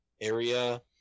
Area